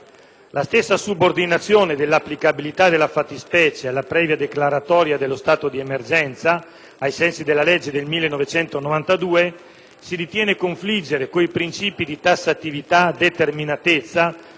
La stessa subordinazione dell'applicabilità della fattispecie alla previa declaratoria dello stato di emergenza, ai sensi della legge n. 225 del 1992, si ritiene configgere con i principi di tassatività, determinatezza,